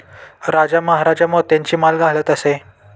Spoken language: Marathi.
राजा महाराजा मोत्यांची माळ घालत असे